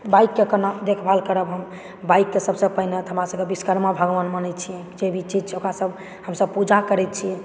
bike के केना देखभाल करब हम बाइक के सबसॅं पहिने तऽ हमरा सबके विश्वकर्मा भगवान मानै छियै जे भी चीज़ छै ओकरा हमसब पूजा करै छियै